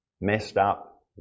messed-up